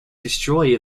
destroy